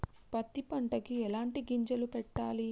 పత్తి పంటకి ఎలాంటి గింజలు పెట్టాలి?